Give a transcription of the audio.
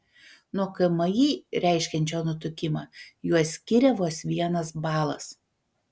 nuo kmi reiškiančio nutukimą juos skiria vos vienas balas